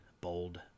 bold